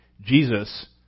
Jesus